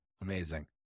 Amazing